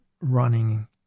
running